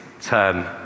turn